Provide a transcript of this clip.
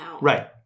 right